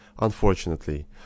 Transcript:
Unfortunately